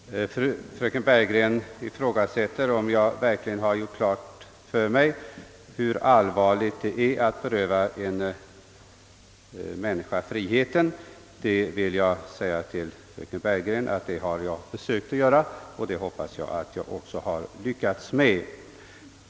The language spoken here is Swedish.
Herr talman! Fröken Bergegren ifrågasatte om jag verkligen hade gjort klart för mig hur allvarligt det är att beröva en människa friheten. Det har jag försökt att göra och jag hoppas att jag även har lyckats därmed.